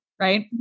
right